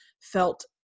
felt